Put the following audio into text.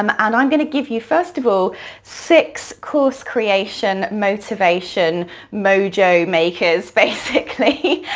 um and i'm gonna give you first of all six course creation motivation mojo makers, basically.